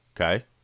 okay